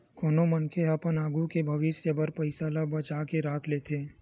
कोनो मनखे ह अपन आघू के भविस्य बर पइसा ल बचा के राख लेथे